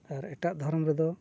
ᱟᱨ ᱮᱴᱟᱜ ᱫᱷᱚᱨᱚᱢ ᱨᱮᱫᱚ